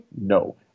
No